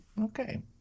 Okay